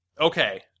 Okay